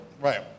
Right